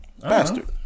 Bastard